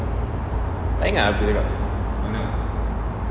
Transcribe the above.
tak ingat apa dia cakap